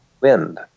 wind